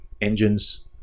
engines